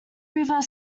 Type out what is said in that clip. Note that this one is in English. river